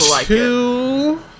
two